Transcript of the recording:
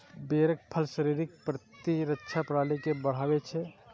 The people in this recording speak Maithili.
बेरक फल शरीरक प्रतिरक्षा प्रणाली के बढ़ाबै छै